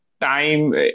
time